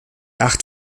acht